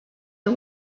the